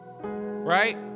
Right